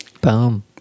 Boom